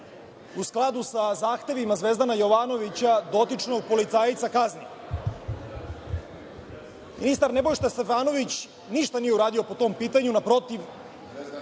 u skladu sa zahtevima Zvezdana Jovanovića, dotičnog policajca kazni. Ministar Nebojša Stefanović ništa nije uradio po tom pitanju. Naprotiv,